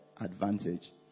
advantage